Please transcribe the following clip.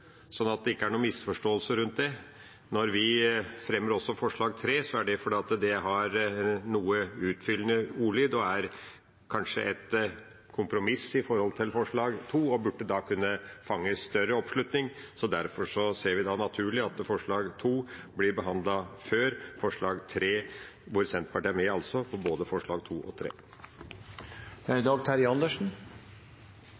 er det fordi det har noe utfyllende ordlyd og kanskje er et kompromiss i forhold til forslag nr. 2 og burde kunne fange større oppslutning. Derfor ser vi det naturlig at forslag nr. 2 blir behandlet før forslag nr. 3, og Senterpartiet stemmer altså for begge forslagene. Det er et spørsmål her som det er to